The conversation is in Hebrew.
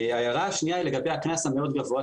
ההערה השנייה היא לגבי הקנס הגבוה מאוד.